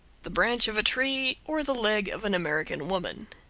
the branch of a tree or the leg of an american woman.